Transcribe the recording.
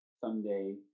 someday